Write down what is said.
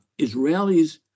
Israelis